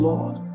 Lord